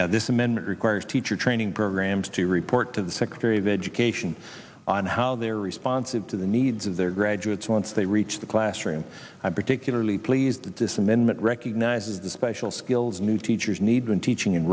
here this amendment requires teacher training programs to report to the secretary of education on how they are responsive to the needs of their graduates once they reach the classroom i'm particularly pleased at this amendment recognizes the special skills new teachers need when teaching in